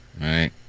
right